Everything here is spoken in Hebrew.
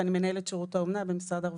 ואני מנהלת שירות האומנה במשרד הרווחה.